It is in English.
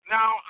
Now